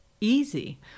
easy